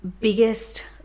biggest